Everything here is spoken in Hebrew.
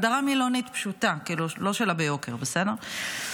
הגדרה מילונית פשוטה, לא של הביוקר, בסדר?